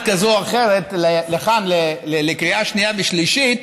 כזאת או אחרת לכאן לקריאה שנייה ושלישית,